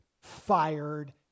fired